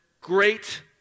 great